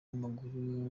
w’amaguru